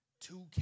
two